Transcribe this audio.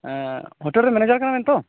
hotel ᱨᱮᱱ manager ᱠᱟᱱᱟ ᱵᱮᱱ ᱛᱚ